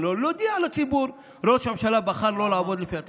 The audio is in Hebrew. ולהודיע לציבור: ראש הממשלה בחר שלא לעבוד לפי התקנון.